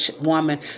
woman